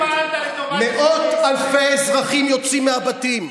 מתי פעלת לטובת, מאות אלפי אזרחים יוצאים מהבתים,